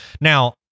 Now